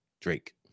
Drake